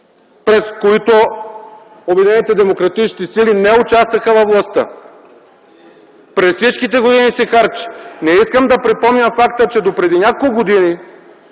през които Обединените демократични сили не участваха във властта! През всичките години се харчеше! Не искам да припомням факта, че допреди няколко години